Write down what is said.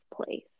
place